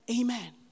Amen